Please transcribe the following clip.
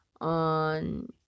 on